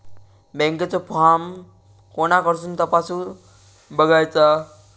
बँकेचो फार्म कोणाकडसून तपासूच बगायचा?